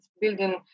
building